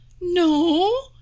No